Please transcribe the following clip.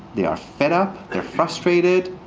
they are fed up. they're frustrated.